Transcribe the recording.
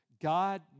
God